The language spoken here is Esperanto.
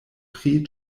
pri